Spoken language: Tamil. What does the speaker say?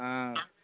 ஆ